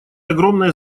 огромное